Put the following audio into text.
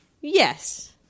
Yes